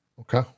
okay